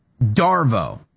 Darvo